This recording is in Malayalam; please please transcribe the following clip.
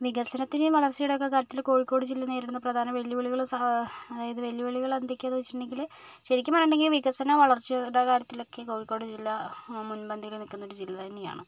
വികസനത്തിൻറ്റെയും വളർച്ചയുടെയും ഒക്കെ കാര്യത്തില് കോഴിക്കോട് ജില്ല നേരിടുന്ന പ്രധാന വെല്ലുവിളികൾ സ അതായത് വെല്ലുവിളികൾ എന്തൊക്കെയാണ് എന്ന് വെച്ചിട്ടുണ്ടെങ്കില് ശെരിക്കും പറഞ്ഞിട്ടുണ്ടെങ്കിൽ വികസന വളർച്ചയുടെ കാര്യത്തിലൊക്കേ കോഴിക്കോട് ജില്ല മുൻപന്തിയിൽ നിൽക്കുന്ന ഒരു ജില്ല തന്നെയാണ്